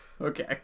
Okay